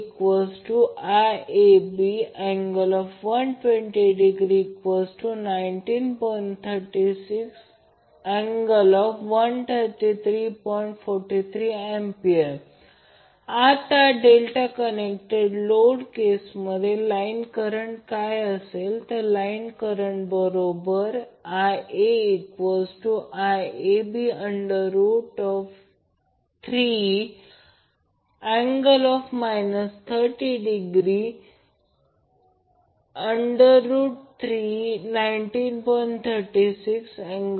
43°A आता delta connected load केसमध्ये line current काय असेल तर लाईन करंट बरोबर IaIAB3∠ 30°319